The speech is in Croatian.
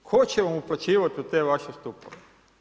Tko će vam uplaćivati u te vaše stupove?